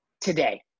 today